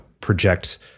project